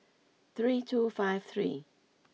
three two five three